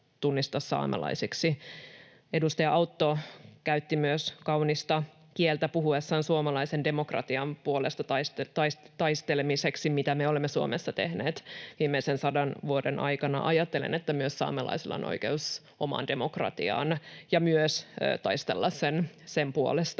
Edustaja Autto käytti myös kaunista kieltä puhuessaan suomalaisen demokratian puolesta taistelemisesta, mitä me olemme Suomessa tehneet viimeisen sadan vuoden aikana. Ajattelen, että myös saamelaisilla on oikeus omaan demokratiaan ja myös taistella sen puolesta,